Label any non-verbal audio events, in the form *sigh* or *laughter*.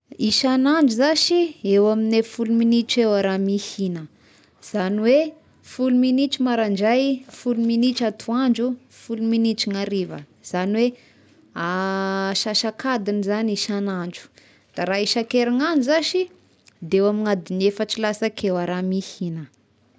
Isan'andro zashy eo amin'ne folo minitra eo aho raha mihigna izany hoe folo minitra maraindray, folo minitra atoandro, folo minitra gny hariva, izany hoe *hesitation* asasak'adiny zagny isan'andro, da raha isan-kerignandro zashy *noise* de eo amin'ny adigny efatra lasaka eo aho raha mihigna.